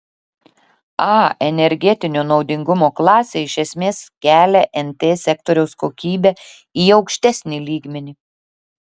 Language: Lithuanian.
a energetinio naudingumo klasė iš esmės kelia nt sektoriaus kokybę į aukštesnį lygmenį